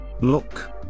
look